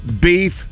beef